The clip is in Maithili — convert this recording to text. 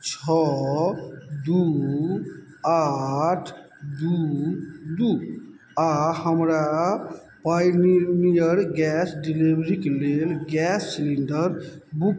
छओ दू आठ दू दू आओर हमरा पायनियर गैस डिलीवरीके लेल गैस सिलिंडर बुक